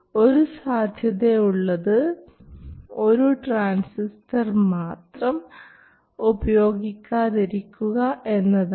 ഒരു സാധ്യത ഉള്ളത് ഒരു ട്രാൻസിസ്റ്റർ മാത്രം ഉപയോഗിക്കാതിരിക്കുക എന്നതാണ്